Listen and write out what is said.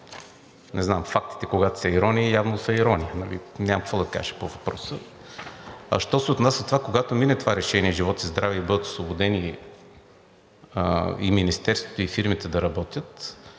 Не знам – фактите, когато са ирония, явно са ирония. Нямам какво да кажа по въпроса. А що се отнася до това, когато мине това решение, живот и здраве, и бъдат освободени и министерствата, и фирмите да работят,